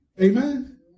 amen